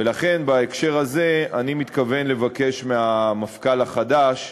ולכן בהקשר הזה אני מתכוון לבקש מהמפכ"ל החדש,